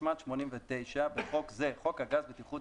התשמ"ט-1989 (בחוק זה חוק הגז (בטיחות